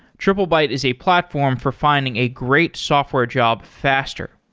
triplebyte is a platform for finding a great software job faster.